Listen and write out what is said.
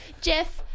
Jeff